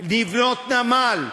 לבנות נמל,